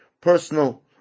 personal